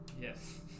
Yes